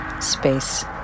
space